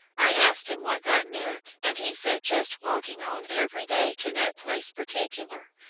i asked him what that meant, and he said just walking on every day to no place particular.